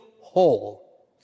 whole